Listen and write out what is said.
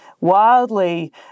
wildly